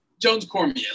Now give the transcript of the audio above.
Jones-Cormier